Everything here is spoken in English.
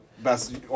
Best